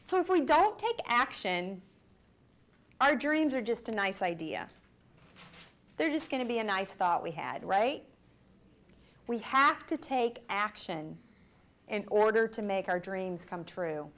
don't take action our dreams are just a nice idea they're just going to be a nice thought we had re we have to take action in order to make our dreams come true